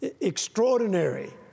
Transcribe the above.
extraordinary